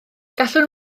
gallwn